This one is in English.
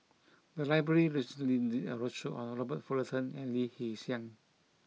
the library recently did a roadshow on the Robert Fullerton and Lee Hee Seng